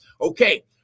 Okay